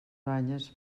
banyes